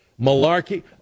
malarkey